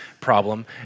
problem